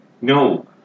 no